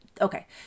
okay